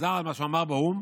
חזר על מה שהוא אמר באו"ם,